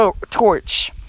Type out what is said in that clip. torch